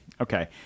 okay